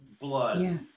blood